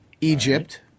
Egypt